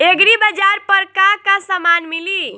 एग्रीबाजार पर का का समान मिली?